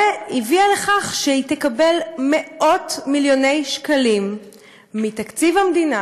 והביאה לכך שהיא תקבל מאות מיליוני שקלים מתקציב המדינה